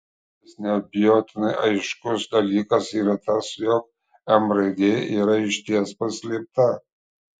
vienintelis neabejotinai aiškus dalykas yra tas jog m raidė čia išties paslėpta